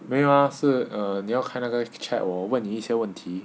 没有啊是 err 你要开那个 chat 我问你一些问题